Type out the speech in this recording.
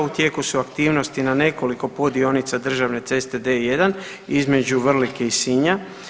U tijeku su aktivnosti na nekoliko poddionica državne ceste D1 između Vrlike i Sinja.